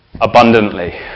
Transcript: abundantly